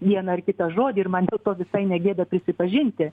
vieną ar kitą žodį ir man dėl to visai negėda prisipažinti